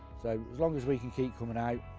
so as long as we can keep coming out,